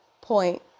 point